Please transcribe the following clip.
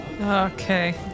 Okay